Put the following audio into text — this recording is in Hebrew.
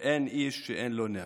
ואין איש שאין לו נר".